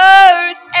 earth